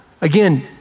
Again